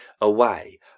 away